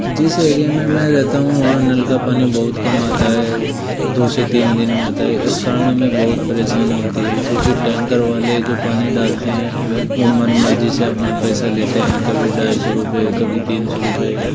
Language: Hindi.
जिस एरिया में मैं रहता हूँ वहाँ नल का पानी बहुत कम आता है दो से तीन दिन में आता है इस कारण मे बहुत परेशानी होती है क्योंकि टैंकर वाले जो पानी डालते हैं वह मनमर्जी से अपना पैसा लेते हैं कभी ढाई सौ रुपये कभी तीन सौ रुपये